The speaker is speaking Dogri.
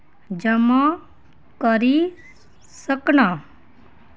जमा करी सकनां